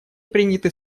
приняты